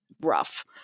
rough